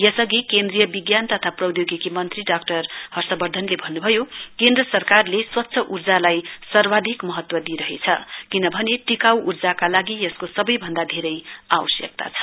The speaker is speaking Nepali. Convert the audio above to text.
यसअघि केन्द्रीय विज्ञान तथा प्रौधोगिकी मन्त्री डाक्टर हर्षवर्धनले भन्न्भयो केन्द्र सरकारले स्वच्छ ऊर्जालाई सर्वाधिक महत्व दिइरहेछ किनभने टिकाऊ ऊर्जाका लागि यसको सबैभन्द धेरै आवश्यकता छ